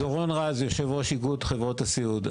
דורון רז, יו"ר איגוד חברות הסיעוד.